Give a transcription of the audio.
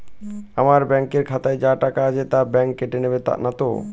আমার ব্যাঙ্ক এর খাতায় যা টাকা আছে তা বাংক কেটে নেবে নাতো?